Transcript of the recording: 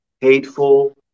hateful